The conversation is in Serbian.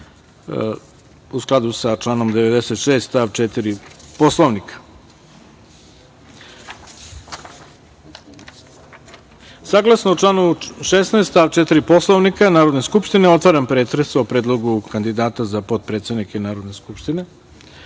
u skladu sa članom 96. stav 4. Poslovnika. Saglasno članu 16. stav 4. Poslovnika Narodne skupštine, otvaram pretres o predlogu kandidata za potpredsednike Narodne skupštine. Da